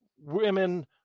women